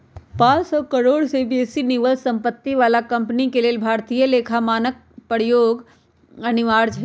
पांन सौ करोड़ से बेशी निवल सम्पत्ति बला कंपनी के लेल भारतीय लेखा मानक प्रयोग अनिवार्य हइ